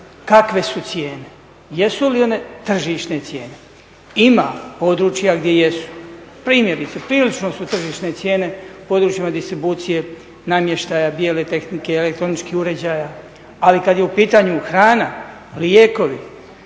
kakve su cijene, jesu li one tržišne cijene? Ima područja gdje jesu. Primjerice, prilično su tržišne cijene u područjima distribucije namještaja, bijele tehnike, elektroničkih uređaja, ali kad je u pitanju hrana, lijekovi,